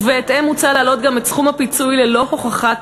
ובהתאם מוצע להעלות גם את סכום הפיצוי ללא הוכחת